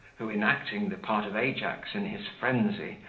who, in, acting the part of ajax in his frenzy,